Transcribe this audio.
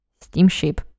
steamship